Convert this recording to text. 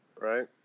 Right